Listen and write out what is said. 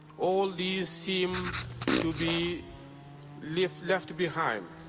all these seem to be left left behind.